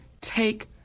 take